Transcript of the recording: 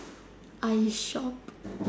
I shop